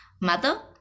mother